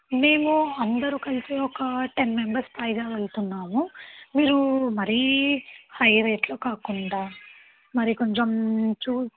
మేము అందరూ కలిసి ఒక టెన్ మెంబర్స్ పైగా వెళ్తున్నాము మీరు మరీ హై రేట్లో కాకుండా మరి కొంచం చూసి